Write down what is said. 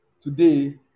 today